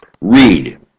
read